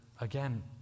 again